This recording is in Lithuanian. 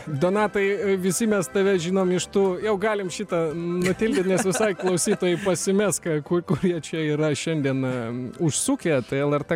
donatai visi mes tave žinom iš tų jau galim šitą nutildyt nes visai klausytojai pasimes ką ku kur jie čia yra šiandien užsukę tai lrt